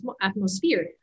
atmosphere